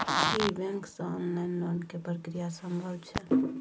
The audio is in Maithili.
की बैंक से ऑनलाइन लोन के प्रक्रिया संभव छै?